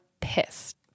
pissed